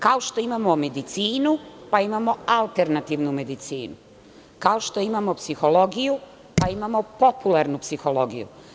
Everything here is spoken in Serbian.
Kao što imamo medicinu, pa imamo alternativnu medicinu; kao što imamo psihologiju, pa imamo popularnu psihologiju.